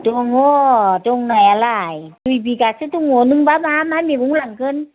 दङ दंनायालाय दुइ बिगासो दङ नोंबा मा मा मैगं लांगोन